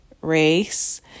race